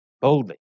boldly